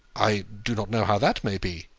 i do not know how that may be,